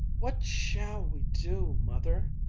what shall we do, mother?